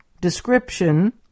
description